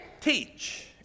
Teach